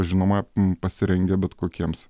žinoma pasirengę bet kokiems